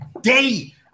day